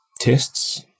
tests